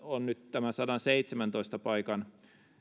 on nyt tämä sadanseitsemäntoista paikan